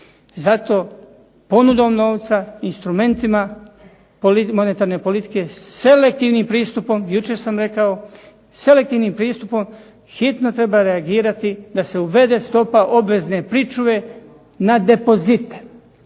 Zato ponudom novca instrumentima monetarne politike selektivnim pristupom, jučer sam rekao, selektivnim pristupom hitno treba reagirati da se uvede stopa obvezne pričuve na depozite.